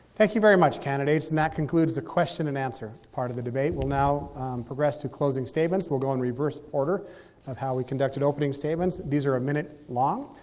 thank you very much, candidates. and that concludes the question and answer part of the debate. we'll now progress to closing statements. we'll go in reverse order of how we conducted opening statements. these are a minute long.